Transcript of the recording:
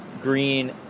green